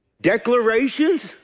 declarations